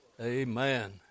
Amen